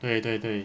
对对对